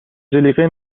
جلیقه